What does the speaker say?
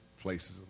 places